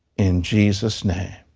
in jesus' name.